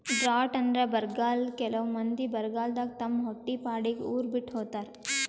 drought ಅಂದ್ರ ಬರ್ಗಾಲ್ ಕೆಲವ್ ಮಂದಿ ಬರಗಾಲದಾಗ್ ತಮ್ ಹೊಟ್ಟಿಪಾಡಿಗ್ ಉರ್ ಬಿಟ್ಟ್ ಹೋತಾರ್